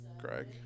Greg